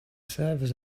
servers